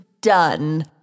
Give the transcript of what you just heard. done